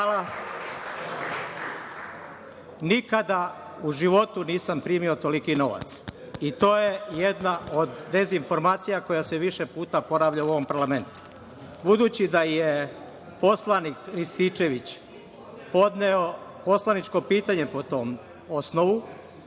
Nikada u životu nisam primio toliki novac i to jedna dezinformacija koja se više puta ponavlja u ovom parlamentu. Budući da je poslanik Rističević podneo poslaničko pitanje po tom osnovu,